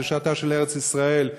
על קדושתה של ארץ ישראל,